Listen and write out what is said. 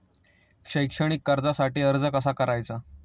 शैक्षणिक कर्जासाठी अर्ज कसा करायचा?